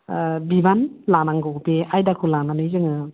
बिबान लानांगौ बे आयदाखौ लानानै जोङो